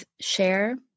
share